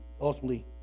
Ultimately